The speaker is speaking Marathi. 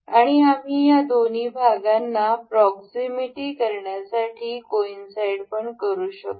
आणि आम्ही त्या दोन्ही भागांना प्रॉक्सीमिटी करण्यासाठी कॉइन साईड पण करू शकतो